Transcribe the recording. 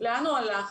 לאן הוא הלך?